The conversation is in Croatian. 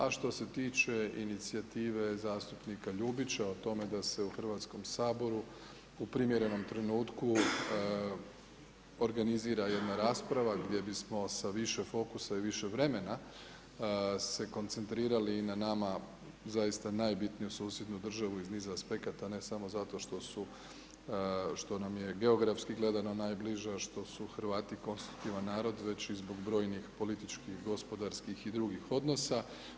A što se tiče inicijative zastupnika Ljubića o tome da se u Hrvatskom saboru u primjerenom trenutku organizira jedna rasprava gdje bismo sa više fokusa i više vremena se koncentrirali i na nama zaista najbitniju susjednu državu iz niza aspekata a ne samo zato što su, što nam je geografski gledano najbliža, što su Hrvati konstruktivan narod već i zbog brojnih političkih, gospodarskih i drugih odnosa.